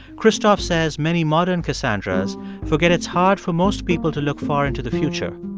christoph says many modern cassandras forget it's hard for most people to look far into the future.